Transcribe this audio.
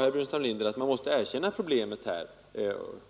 Herr Burenstam Linder sade att man måste erkänna att problemet finns.